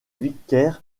vicaire